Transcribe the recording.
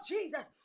Jesus